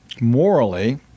morally